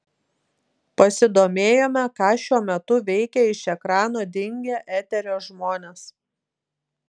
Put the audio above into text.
pasidomėjome ką šiuo metu veikia iš ekrano dingę eterio žmonės